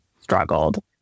struggled